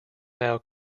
now